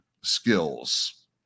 skills